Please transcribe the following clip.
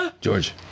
George